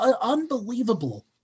Unbelievable